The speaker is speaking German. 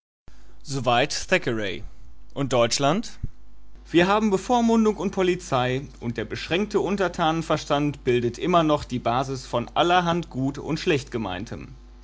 thackeray und deutschland wir haben bevormundung und polizei und der beschränkte untertanenverstand bildet immer noch die basis von allerhand gut und